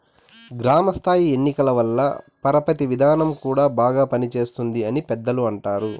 గ్రామ స్థాయి ఎన్నికల వల్ల పరపతి విధానం కూడా బాగా పనిచేస్తుంది అని పెద్దలు అంటారు